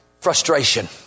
Frustration